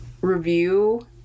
review